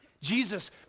Jesus